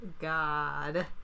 god